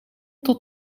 tot